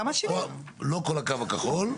לא כל הקו הכחול.